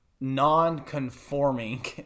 non-conforming